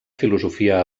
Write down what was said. filosofia